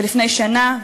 ולפני שנה,